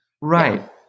Right